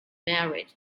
marriage